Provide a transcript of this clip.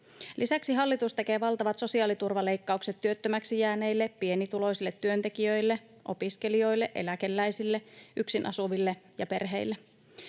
Lisäksi hallitus tekee valtavat sosiaaliturvaleikkaukset työttömäksi jääneille, pienituloisille työntekijöille, opiskelijoille, eläkeläisille, yksin asuville ja perheille.